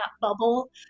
bubble